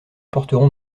porteront